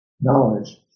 knowledge